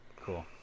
cool